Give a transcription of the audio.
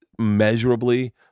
measurably